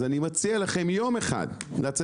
אז אני מציעה לכם יום אחד לצאת,